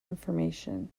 information